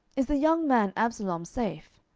is the young man absalom safe?